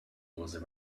was